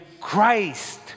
Christ